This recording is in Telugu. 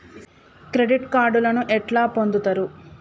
క్రెడిట్ కార్డులను ఎట్లా పొందుతరు?